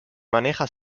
maneja